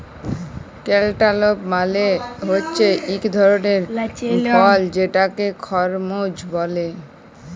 cantaloupe মালে হছে ইক ধরলের ফল যেটাকে খরমুজ ব্যলে